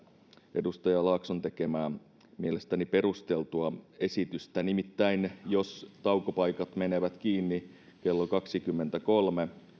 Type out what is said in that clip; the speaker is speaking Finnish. edustaja laakson tekemää mielestäni perusteltua esitystä nimittäin jos taukopaikat menevät kiinni kello kaksikymmentäkolme